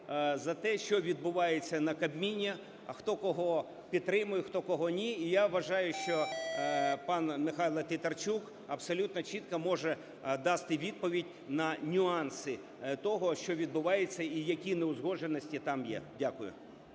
за те, що відбувається на Кабміні, хто кого підтримує, хто кого ні. І я вважаю, що пан Михайло Тітарчук абсолютно чітко може дати відповідь на нюанси того, що відбувається, і які неузгодженості там є. Дякую.